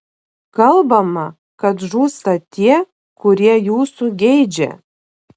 kalbama kad žūsta tie kurie jūsų geidžia